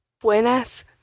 Buenas